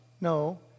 no